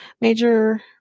major